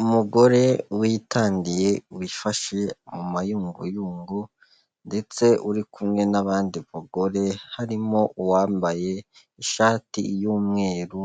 Umugore witandiye, wifashe mu mayuyungu ndetse uri kumwe n'abandi bagore, harimo uwambaye ishati y'umweru